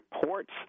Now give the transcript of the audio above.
reports